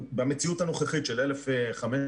במציאות הנוכחית של 1,500,